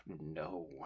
no